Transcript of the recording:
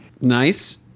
Nice